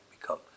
become